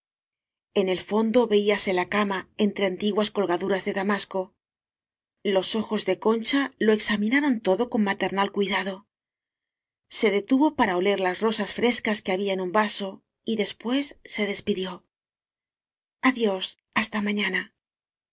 en el fondo veíase la cama entre antiguas colga duras de damasco los ojos de concha lo examinaron todo con maternal cuidado se detuvo para oler las rosas frescas que había en un vaso y después se despidió adiós hasta mañana